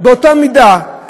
באותה מידה,